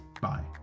Bye